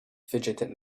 fidgeted